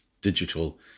digital